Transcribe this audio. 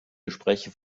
gespräche